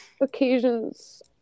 occasions